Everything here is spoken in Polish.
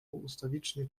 ustawicznie